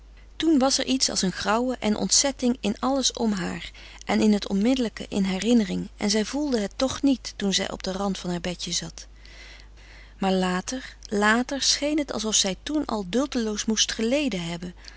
toen was er iets als een grauwen en ontzetting in alles om haar en in het onmiddellijke in herinnering en zij voelde het toch niet toen zij op den rand van haar bedje zat maar later later scheen het alsof zij toen al duldeloos moest geleden hebben